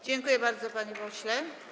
Dziękuję bardzo, panie pośle.